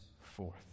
forth